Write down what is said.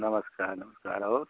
नमस्कार नमस्कार और